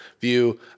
view